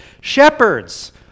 shepherds